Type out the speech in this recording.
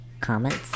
comments